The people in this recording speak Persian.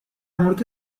مورد